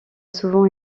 souvent